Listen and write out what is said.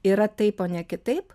yra taip o ne kitaip